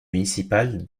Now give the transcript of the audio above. municipal